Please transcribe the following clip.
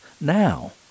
now